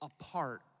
apart